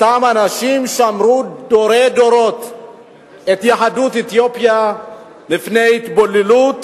אותם אנשים שמרו דורי-דורות את יהדות אתיופיה מפני התבוללות